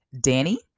Danny